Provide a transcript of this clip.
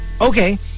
Okay